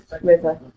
River